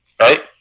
Right